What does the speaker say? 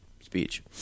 speech